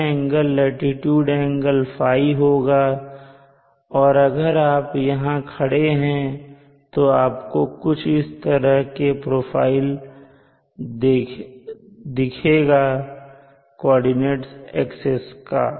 यह angle latitude angle ϕ होगा और अगर आप यहां खड़े हैं तो आपको कुछ इस तरह का प्रोफाइल दिखेगा कोऑर्डिनेट एक्सिस का